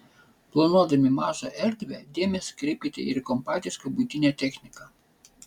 planuodami mažą erdvę dėmesį kreipkite ir į kompaktišką buitinę techniką